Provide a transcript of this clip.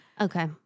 Okay